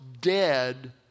dead